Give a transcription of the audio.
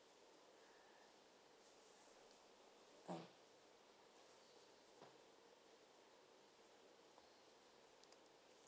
mm